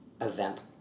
event